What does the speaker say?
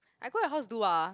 I got the house do ah